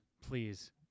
please